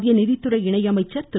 மத்திய நிதித்துறை இணை அமைச்சர் திரு